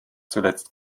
zuletzt